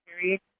period